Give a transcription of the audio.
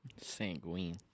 Sanguine